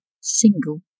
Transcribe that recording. single